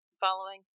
Following